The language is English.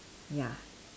ya